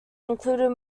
included